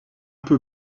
peu